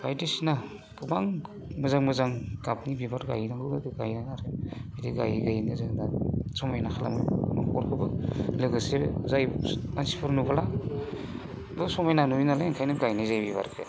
बायदिसिना गोबां मोजां मोजां गाबनि बिबार गायनांगौबादि गानांगौ आरो बिदि गायै गायैनो जोङो दा समायना खालामो न'खरखौबो लोगोसे जाय मानसिफोर नुबोलाबो समायना नुयोनालाय ओंखायनो गायनाय जायो बिबारखो